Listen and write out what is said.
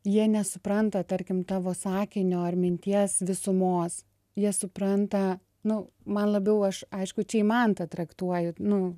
jie nesupranta tarkim tavo sakinio ar minties visumos jie supranta nu man labiau aš aišku čia į maną traktuoju nu